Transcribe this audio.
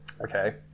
okay